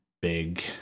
big